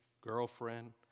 girlfriend